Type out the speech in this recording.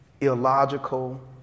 illogical